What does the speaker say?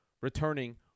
returning